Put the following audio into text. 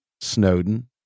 Snowden